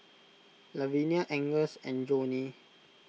Lavinia Agnes and Johney